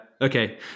Okay